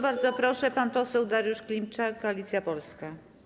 Bardzo proszę, pan poseł Dariusz Klimczak, Koalicja Polska.